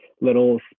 little